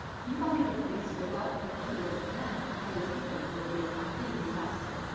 defunding the police without a contiguous plan to protect the people will be a complete disaster.